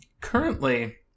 Currently